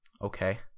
Okay